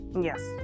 Yes